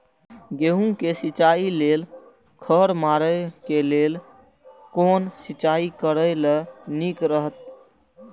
गेहूँ के सिंचाई लेल खर मारे के लेल कोन सिंचाई करे ल नीक रहैत?